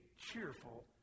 cheerful